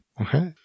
Okay